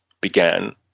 began